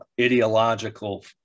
ideological